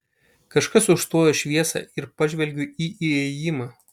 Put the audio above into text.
kažkas užstoja šviesą ir pažvelgiu į įėjimą